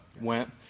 went